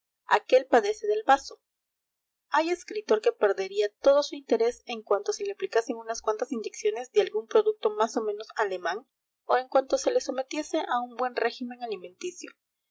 aquél padece del bazo hay escritor que perdería todo su interés en cuanto se le aplicasen unas cuantas inyecciones de algún producto más o menos alemán o en cuanto se le sometiese a un buen régimen alimenticio